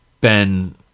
Ben